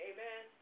Amen